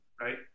right